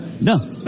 no